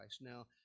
Now